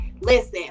listen